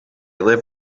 live